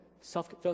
self